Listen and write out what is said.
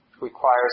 requires